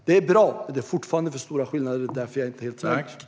Det är bra. Det är dock fortfarande för stora skillnader, och därför är jag inte helt nöjd.